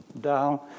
Down